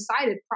decided